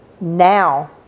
Now